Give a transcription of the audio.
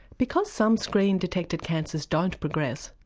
because some screen-detected cancers don't progress,